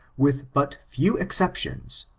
with but few exceptions,